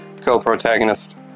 co-protagonist